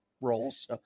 roles